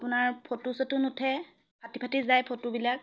আপোনাৰ ফটো চটো নুঠে ফাটি ফাটি যায় ফটোবিলাক